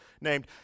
named